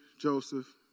Joseph